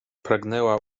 pragnęła